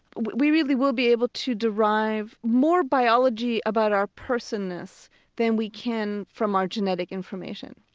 we really will be able to derive more biology about our person-ness than we can from our genetic information.